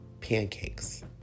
pancakes